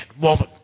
woman